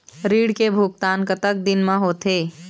ऋण के भुगतान कतक दिन म होथे?